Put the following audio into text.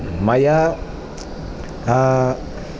मया